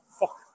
Fuck